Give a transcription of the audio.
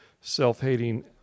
self-hating